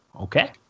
Okay